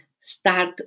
start